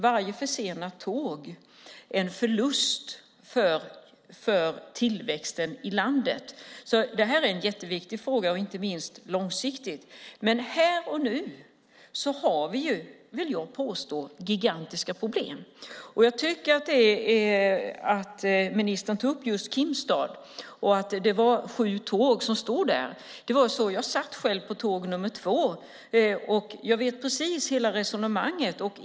Varje försenat tåg är en förlust för tillväxten i landet. Detta är en jätteviktig fråga, inte minst långsiktigt. Här och nu har vi gigantiska problem, vill jag påstå. Ministern tog upp just Kimstad, där det var sju tåg som stod. Jag satt själv på tåg nr 2 och känner till hela resonemanget.